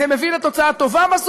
זה מביא בסוף לתוצאה טובה,